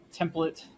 template